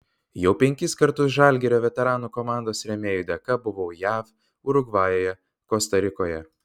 jau penkis kartus žalgirio veteranų komandos rėmėjų dėka buvau jav urugvajuje kosta rikoje